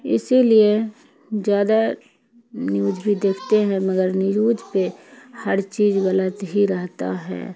اسی لیے زیادہ نیوج بھی دیکھتے ہیں مگر نیوج پہ ہر چیز غلط ہی رہتا ہے